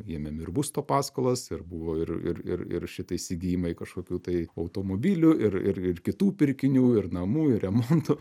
ėmėm ir būsto paskolas ir buvo ir ir ir šitai įsigijimai kažkokių tai automobilių ir ir ir kitų pirkinių ir namų ir remontų